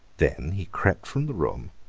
then he crept from the room,